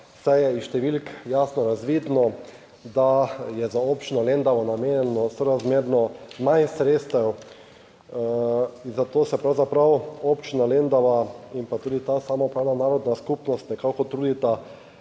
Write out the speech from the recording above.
Saj je iz številk jasno razvidno, da je za Občino Lendava namenjeno sorazmerno manj sredstev in zato se pravzaprav občina Lendava in pa tudi ta samoupravna narodna skupnost nekako trudita,